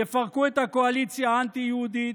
יפרקו את הקואליציה האנטי-יהודית,